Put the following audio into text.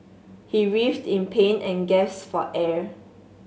he writhed in pain and gasped for air